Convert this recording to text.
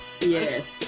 Yes